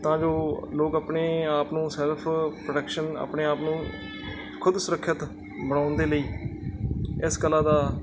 ਤਾਂ ਜੋ ਲੋਕ ਆਪਣੇ ਆਪ ਨੂੰ ਸੈਲਫ ਪ੍ਰੋਟੈਕਸ਼ਨ ਆਪਣੇ ਆਪ ਨੂੰ ਖੁਦ ਸੁਰੱਖਿਅਤ ਬਣਾਉਣ ਦੇ ਲਈ ਇਸ ਕਲਾ ਦਾ